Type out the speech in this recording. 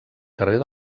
carrer